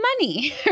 money